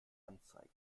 anzeigen